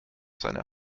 seine